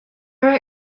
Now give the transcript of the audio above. are